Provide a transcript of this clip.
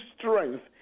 strength